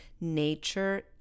Nature